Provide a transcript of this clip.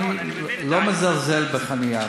אני לא מזלזל בחניה,